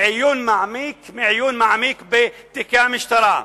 מעיון מעמיק בתיקי המשטרה,